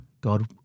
God